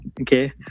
okay